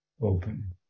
open